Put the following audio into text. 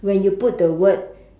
when you put the word